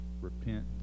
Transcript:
Repent